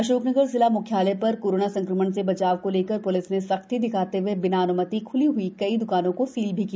अशोकनगर जिला मुख्यालय प्रर कोरोना संक्रमण से बचाव को लेकर प्लिस ने सख्ती दिखाते हए बिना अन्मति ख्ली कई द्कानों को सील भी किया